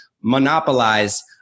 monopolize